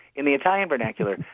in the italian vernacular,